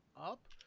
up